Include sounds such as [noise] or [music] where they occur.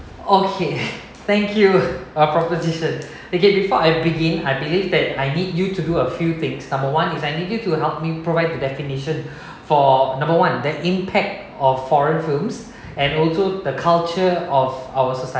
okay [laughs] thank you uh proposition okay before I begin I believe that I need you to do a few things number one is I need you to help me provide the definition [breath] for number one the impact of foreign films and also the culture of our society